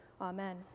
amen